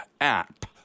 app